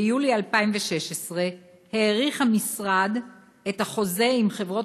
ביולי 2016 האריך המשרד את החוזה עם חברות